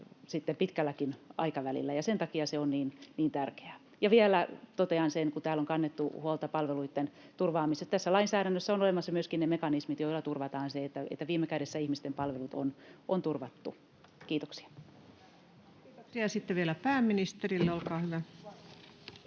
pitkälläkin aikavälillä, ja sen takia se on niin tärkeää. Vielä totean, kun täällä on kannettu huolta palveluitten turvaamisesta, että tässä lainsäädännössä on olemassa myöskin ne mekanismit, joilla turvataan se, että viime kädessä ihmisten palvelut on turvattu. — Kiitoksia. [Speech 108] Speaker: